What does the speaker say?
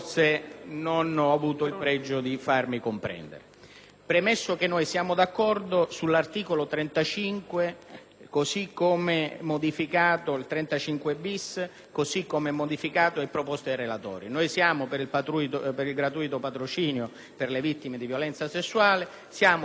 Premetto che siamo d'accordo sull'articolo 35-*bis* così come modificato e proposto dai relatori: siamo per il gratuito patrocinio per le vittime di violenza sessuale e per l'inasprimento delle pene. Non è su questo che stiamo discutendo.